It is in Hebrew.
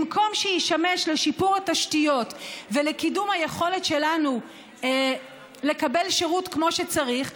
במקום שישמש לשיפור התשתיות ולקידום היכולת שלנו לקבל שירות כמו שצריך,